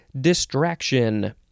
Distraction